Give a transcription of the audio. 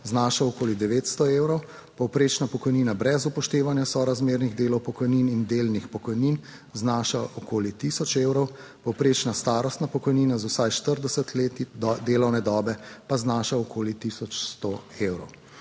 znaša okoli 900 evrov, povprečna pokojnina brez upoštevanja sorazmernih delov pokojnin in delnih pokojnin znaša okoli 1000 evrov, povprečna starostna pokojnina za vsaj 40 let delovne dobe pa znaša okoli 1100 evrov.